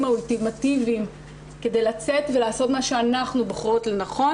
האולטימטיביים כדי לצאת ולעשות מה שאנחנו בוחרות לנכון.